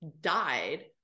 died